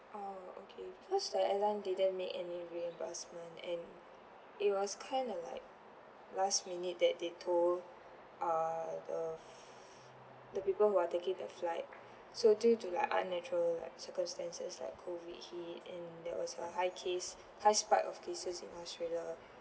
oh okay because the airline didn't make any reimbursement and it was kind of like last minute that they told uh the the people who are taking the flight so due to like unnatural circumstances like COVID hit and that was a high case high spike of cases in australia